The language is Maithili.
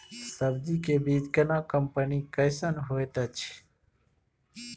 सब्जी के बीज केना कंपनी कैसन होयत अछि?